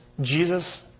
Jesus